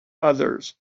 others